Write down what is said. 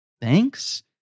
thanks